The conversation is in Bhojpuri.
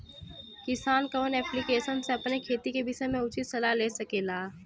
किसान कवन ऐप्लिकेशन से अपने खेती के विषय मे उचित सलाह ले सकेला?